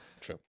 true